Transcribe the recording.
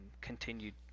continued